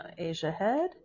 AsiaHead